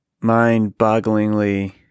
mind-bogglingly